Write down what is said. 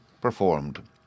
performed